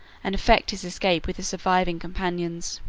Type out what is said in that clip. and effect his escape with his surviving companions.